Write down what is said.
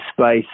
space